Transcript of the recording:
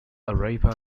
arriva